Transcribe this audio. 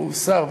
הוא שר,